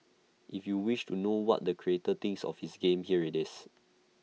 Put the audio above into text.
if you wish to know what the creator thinks of his game here IT is